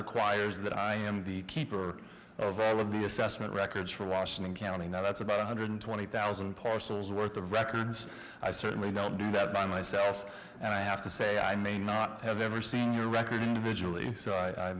requires that i am the keeper of a would be assessment records for washington county now that's about one hundred twenty thousand parcels worth of records i certainly don't do that by myself and i have to say i may not have ever seen your record individual a so i